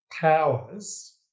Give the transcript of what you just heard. powers